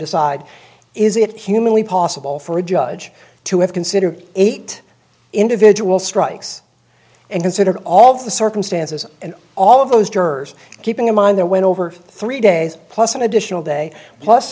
decide is it humanly possible for a judge to ever consider eight individual strikes and consider all of the circumstances and all of those jurors keeping in mind that went over three days plus an additional day plus